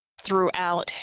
throughout